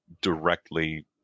directly